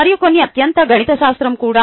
మరియు కొన్ని అత్యంత గణితశాస్త్రం కూడా